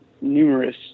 numerous